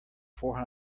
four